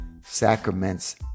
sacraments